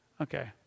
Okay